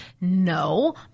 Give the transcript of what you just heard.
No